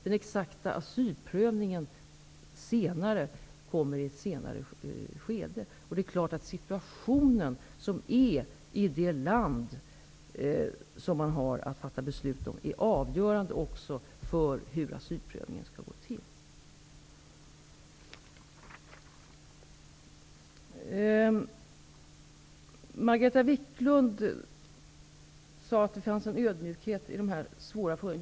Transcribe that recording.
Den exakta asylprövningen senare kommer i ett senare skede. Det är klart att den situation som råder i det land som man har att fatta beslut om är avgörande också för hur asylprövningen skall gå till. Margareta Viklund sade att det fanns en ödmjukhet i dessa svåra frågor.